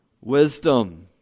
wisdom